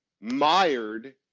mired